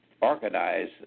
organize